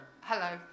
Hello